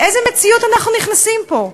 לאיזו מציאות אנחנו נכנסים פה?